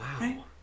Wow